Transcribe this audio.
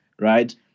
right